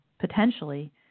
potentially